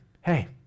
Hey